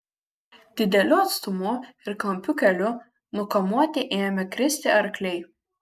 didelių atstumų ir klampių kelių nukamuoti ėmė kristi arkliai